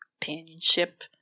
Companionship